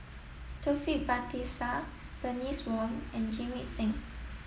Taufik Batisah Bernice Wong and Jamit Singh